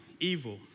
evil